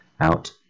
out